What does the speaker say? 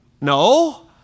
No